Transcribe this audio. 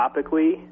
topically